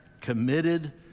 committed